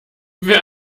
wer